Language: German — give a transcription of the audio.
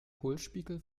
hohlspiegel